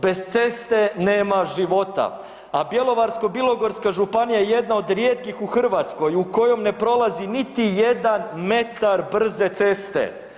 Bez ceste nema života, a Bjelovarsko-bilogorska županija je jedna od rijetkih u Hrvatskoj u kojoj ne prolazi niti jedan metar brze ceste.